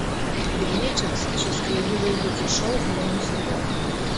vilniečiams šis kreivų veidrodžių šou jau nusibodo